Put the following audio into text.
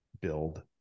build